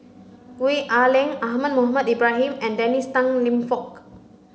Wee Ah Leng Ahmad Mohamed Ibrahim and Dennis Tan Lip Fong